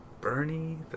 Bernie